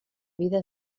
vida